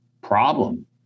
problem